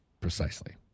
Precisely